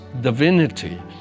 divinity